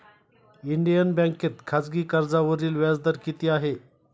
Indian बँकेत खाजगी कर्जावरील व्याजदर किती आहे?